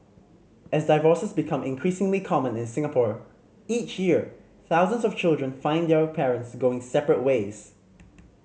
as divorces become increasingly common in Singapore each year thousands of children find their parents going separate ways